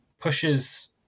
pushes